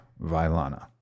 Vilana